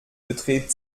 beträgt